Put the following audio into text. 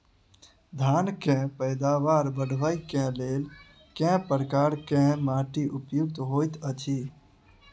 धान केँ पैदावार बढ़बई केँ लेल केँ प्रकार केँ माटि उपयुक्त होइत अछि?